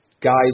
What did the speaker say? guys